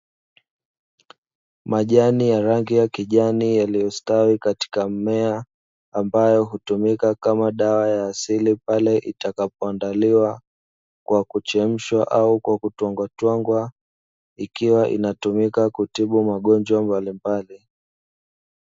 Majani ya rangi ya kijani yaliyostawi katika mmea, ambayo hutumika kama dawa ya asili pale itakapoandaliwa kwa kuchemshwa au kutwangwatwangwa, ikiwa inatumika kutibu magonjwa mbalimbali.